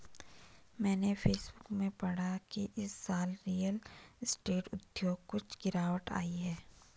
मैंने फेसबुक में पढ़ा की इस साल रियल स्टेट उद्योग कुछ गिरावट आई है